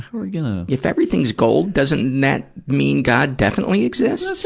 um you know if everything is gold, doesn't that mean god definitely exists?